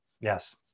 yes